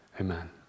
Amen